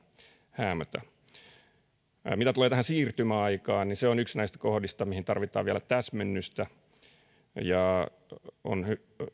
häämötä mitä tulee tähän siirtymäaikaan niin se on yksi näistä kohdista mihin tarvitaan vielä täsmennystä on